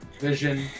Vision